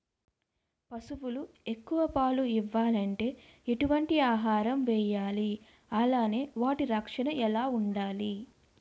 పశువులు ఎక్కువ పాలు ఇవ్వాలంటే ఎటు వంటి ఆహారం వేయాలి అలానే వాటి రక్షణ ఎలా వుండాలి?